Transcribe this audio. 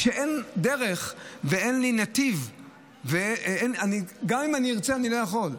כשאין דרך ואין לי נתיב, גם אם ארצה, אני לא יכול.